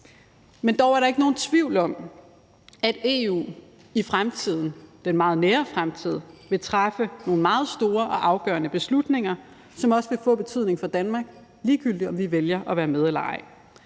Men dog er der ikke nogen tvivl om, at EU i fremtiden, den meget nære fremtid, vil træffe nogle meget store og afgørende beslutninger, som også vil få betydning for Danmark, ligegyldigt om vi vælger at være med eller ej.